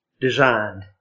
designed